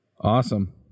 Awesome